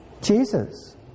Jesus